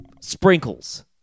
sprinkles